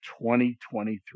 2023